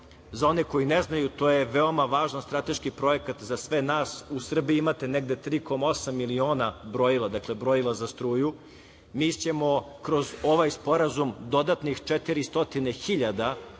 Za one koji ne znaju, to je veoma važan strateški projekat za sve nas. U Srbiji imate negde oko 3,8 miliona brojila za struju. Mi ćemo kroz ovaj sporazum dodatnih 400